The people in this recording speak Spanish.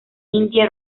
indie